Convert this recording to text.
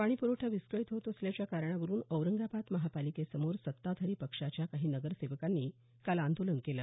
पाणी पुरवठा विस्कळीत होत असल्याच्या कारणावरून औरंगाबाद महापालिकेसमोर सत्ताधारी पक्षाच्या काही नगरसेवकांनी काल आंदोलन केलं